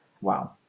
Wow